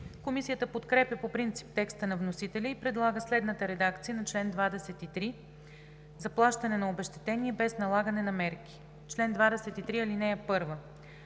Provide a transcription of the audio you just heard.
Комисията подкрепя по принцип текста на вносителя и предлага следната редакция на чл. 23: „Заплащане на обезщетение без налагане на мерки Чл. 23. (1) След